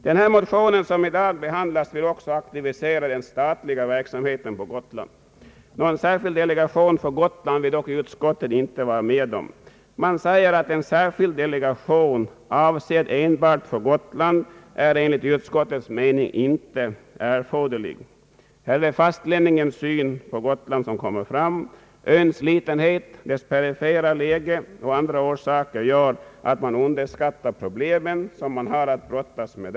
Den motion som i dag behandlas vill också aktivisera den statliga verksamheten på Gotland. Någon särskild delegation för Gotland vill utskottet dock inte vara med om. Man säger: »En särskild delegation, avsedd enbart för Gotland, är enligt utskottets mening inte erforderlig.» Här är det fastlänningens syn på Gotland som kommer fram. Öns litenhet, dess perifera läge och andra orsaker gör att man underskattar de problem som befolkningen där har att brottas med.